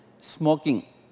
smoking